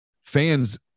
fans